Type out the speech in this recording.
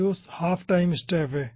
तो जो half time step है